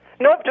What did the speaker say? Nope